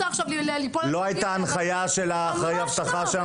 לא הייתה הנחיה של אחראי האבטחה שם?